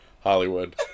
Hollywood